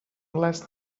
last